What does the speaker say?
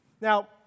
Now